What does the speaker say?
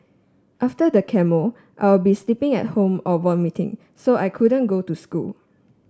after the chemo I'll be sleeping at home or vomiting so I couldn't go to school